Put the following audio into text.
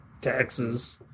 Taxes